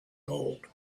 gold